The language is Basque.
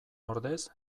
ordez